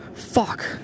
fuck